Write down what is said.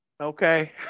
okay